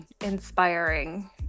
inspiring